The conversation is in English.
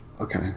okay